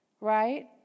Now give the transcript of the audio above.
Right